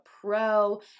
pro